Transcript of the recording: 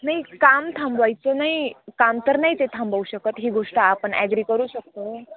नाही काम थांबवायचं नाही काम तर नाही ते थांबवू शकत ही गोष्ट आपण ॲग्री करू शकतो